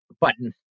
button